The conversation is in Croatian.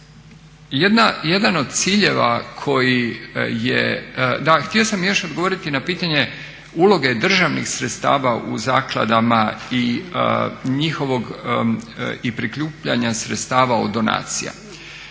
traje nešto kraće. Htio sam još odgovoriti na pitanje uloge državnih sredstava u zakladama i njihovog i prikupljanja sredstava od donacija.